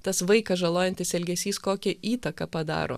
tas vaiką žalojantis elgesys kokią įtaką padaro